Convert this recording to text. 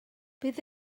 bydd